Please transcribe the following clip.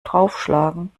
draufschlagen